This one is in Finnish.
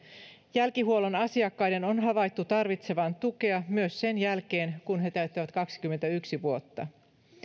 jälkihuollon asiakkaiden on havaittu tarvitsevan tukea myös sen jälkeen kun he täyttävät kaksikymmentäyksi vuotta